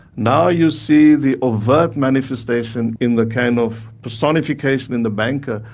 now you see the overt manifestation in the kind of personification in the banker.